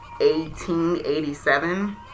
1887